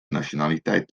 nationaliteit